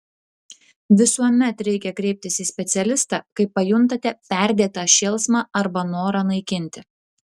visuomet reikia kreiptis į specialistą kai pajuntate perdėtą šėlsmą arba norą naikinti